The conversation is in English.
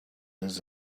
use